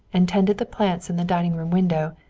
and tended the plants in the dining-room window,